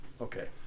Okay